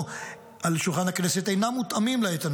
על שולחן כנסת אינם מותאמים לעת הנוכחית.